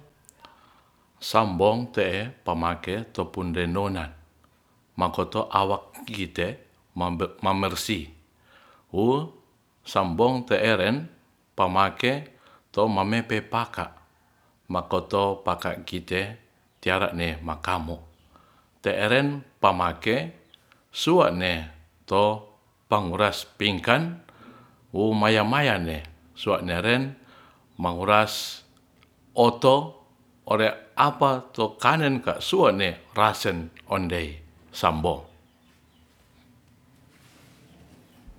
Sambong te e pamake topidendonan makoto awak kite mamersih wu sambong te eren pamake to mamepe paka makoto paka kite tiara ne makamu te eren pamake suane to panguras pingkan hu mayamaya ne sua neren manguras oto ore apa to kanen ka suane rasen onei sambo